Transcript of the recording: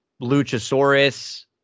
luchasaurus